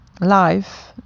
life